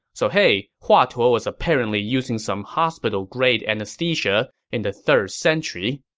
so hey, hua tuo was apparently using some hospital-grade anesthesia in the third century.